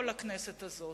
כל הכנסת הזאת.